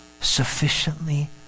sufficiently